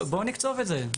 בואו נקצוב את זה.